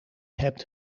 hebt